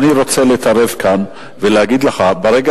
אני רוצה להתערב כאן ולהגיד לך: ברגע